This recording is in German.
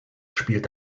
spielt